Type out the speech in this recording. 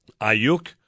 Ayuk